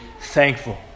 thankful